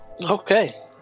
Okay